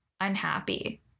unhappy